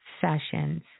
sessions